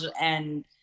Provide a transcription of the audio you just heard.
and-